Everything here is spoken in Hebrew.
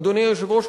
אדוני היושב-ראש,